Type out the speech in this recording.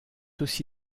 aussi